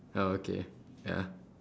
oh okay ya